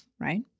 right